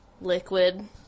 liquid